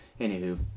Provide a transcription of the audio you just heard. Anywho